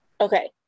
Okay